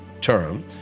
term